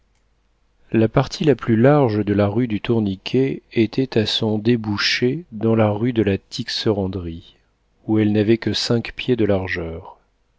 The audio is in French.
la partie la plus large de la rue du tourniquet était à son débouché dans la rue de la tixeranderie où elle n'avait que cinq pieds de largeur